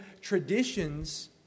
traditions